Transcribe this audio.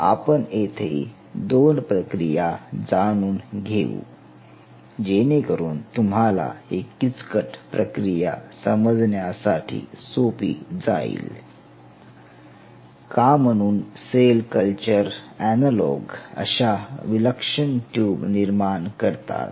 आपण येथे दोन प्रक्रिया जाणून घेऊ जेणेकरून तुम्हाला ही किचकट प्रक्रिया समजण्यासाठी सोपी जाईल का म्हणून सेल कल्चर एनोलोग अशा विलक्षण ट्यूब निर्माण करतात